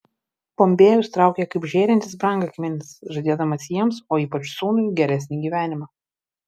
bombėjus traukia kaip žėrintis brangakmenis žadėdamas jiems o ypač sūnui geresnį gyvenimą